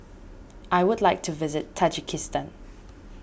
I would like to visit Tajikistan